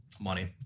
Money